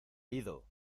ido